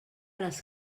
les